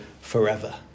forever